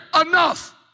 enough